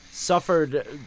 Suffered